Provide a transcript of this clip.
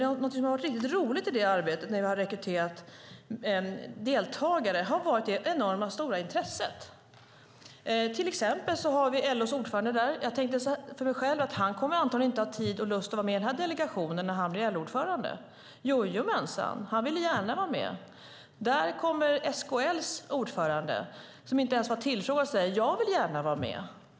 Något som har varit riktigt roligt i arbetet med att rekrytera deltagare har varit det enormt stora intresset. Till exempel har vi LO:s ordförande där. Jag tänkte för mig själv att han antagligen inte kommer att ha tid och lust att vara med i delegationen när han blir LO-ordförande men jojomensan, han ville gärna vara med. Där kommer SKL:s ordförande, som inte ens var tillfrågad, och säger: Jag vill gärna vara med.